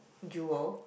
Jewel